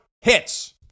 hits